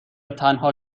تنها